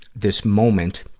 this moment,